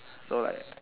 oh like